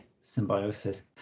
symbiosis